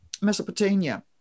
Mesopotamia